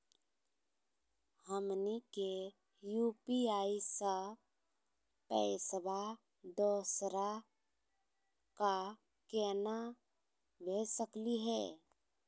हमनी के यू.पी.आई स पैसवा दोसरा क केना भेज सकली हे?